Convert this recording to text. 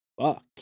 Fuck